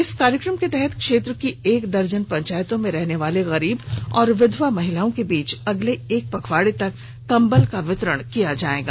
इस कार्यक्रम के तहत क्षेत्र की एक दर्जन पंचायतों में रहने वाले गरीब एवं विधवा महिलाओं के बीच अगले एक पखवाड़े तक कम्बल का वितरण किया जाएगा